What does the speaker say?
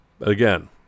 Again